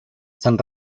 san